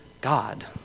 God